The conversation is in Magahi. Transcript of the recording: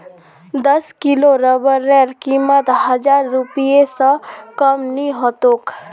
दस किलो रबरेर कीमत हजार रूपए स कम नी ह तोक